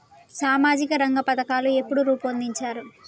సామాజిక రంగ పథకాలు ఎప్పుడు రూపొందించారు?